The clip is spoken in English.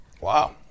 Wow